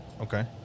Okay